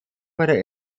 wurde